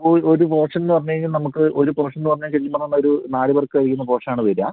ഒര് ഒരു പോർഷൻന്ന് പറഞ്ഞുകഴിഞ്ഞാൽ നമുക്ക് ഒരു പോർഷൻന്ന് പറഞ്ഞാൽ ശരിക്കും പറഞ്ഞാൽ ഒരു നാലുപേർക്ക് കഴിക്കുന്ന പോർഷനാണ് വരുക